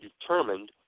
determined